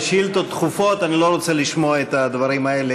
בשאילתות דחופות אני לא רוצה לשמוע את הדברים האלה,